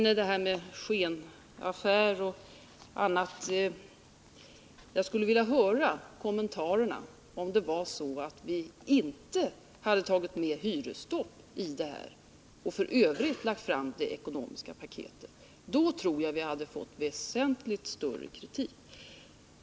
På tal om skenaffär och annat liknande skulle jag ha velat höra kommentarerna, om vi inte hade tagit med hyresstopp men i övrigt lagt fram det ekonomiska paketet. Då tror jag att vi hade fått väsentligt hårdare kritik.